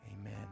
amen